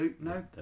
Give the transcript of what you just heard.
no